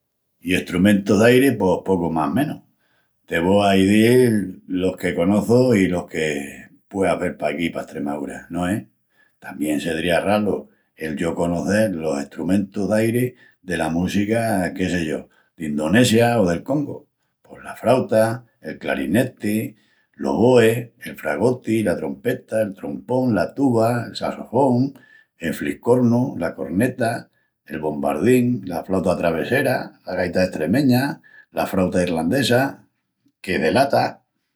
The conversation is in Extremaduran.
I estrumentus d'airi pos pocu más menus. Te vo a izil los que conoçu i los que pueas vel paquí pa Estremaúra, no es? Tamién sedría ralu el yo conocel los estrumentus d'airi dela música, que sé yo, d'Indonesia o del Congu. Pos la frauta, el crarineti, l'oboe, el fragoti, la trompeta, el trompón, la tuba, el sassofón, el fliscornu, la corneta, el bombardín. La frauta travessera, la gaita estremeña, la frauta ilrandesa, qu'es de lata...